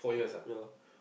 year